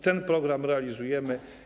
Ten program realizujemy.